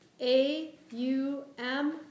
A-U-M